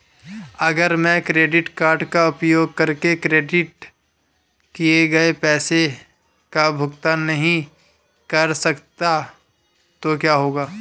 अगर मैं credit card का उपयोग करके क्रेडिट किए गए पैसे का भुगतान नहीं कर सकता तो क्या होगा?